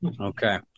Okay